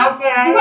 Okay